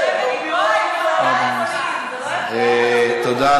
אני, תודה.